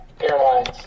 airlines